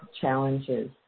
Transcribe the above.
challenges